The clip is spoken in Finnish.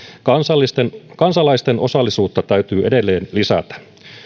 kansalaisten osallisuutta täytyy edelleen lisätä